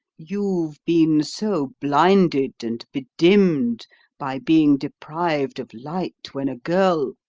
you've been so blinded and bedimmed by being deprived of light when a girl,